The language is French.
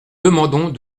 demandons